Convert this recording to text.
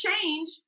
change